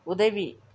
உதவி